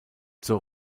zur